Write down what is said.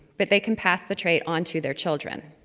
but they can pass the trait onto their children.